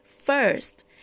First